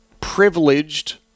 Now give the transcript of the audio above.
privileged